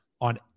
on